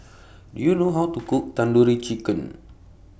Do YOU know How to Cook Tandoori Chicken